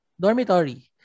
dormitory